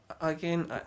again